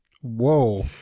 Whoa